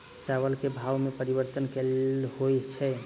चावल केँ भाव मे परिवर्तन केल होइ छै?